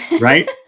right